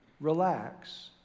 Relax